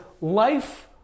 life